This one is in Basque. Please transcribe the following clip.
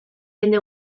jende